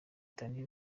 danny